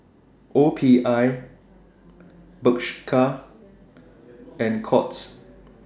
OPI Bershka and Courts